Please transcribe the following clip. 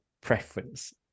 preference